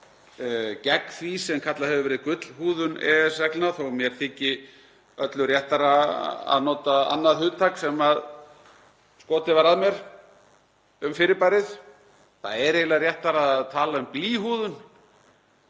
gegn því sem kallað hefur verið gullhúðun EES-reglna þó að mér þyki öllu réttara að nota annað hugtak sem skotið var að mér um fyrirbærið. Það er eiginlega réttara að tala um blýhúðun